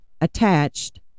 attached